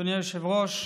אדוני היושב-ראש,